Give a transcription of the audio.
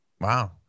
wow